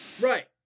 Right